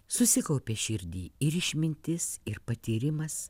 susikaupė širdį ir išmintis ir patyrimas